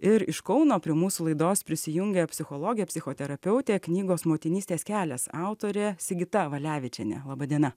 ir iš kauno prie mūsų laidos prisijungia psichologė psichoterapeute knygos motinystės kelias autorė sigita valevičienė laba diena